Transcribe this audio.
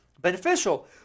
beneficial